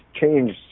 changed